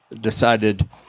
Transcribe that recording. decided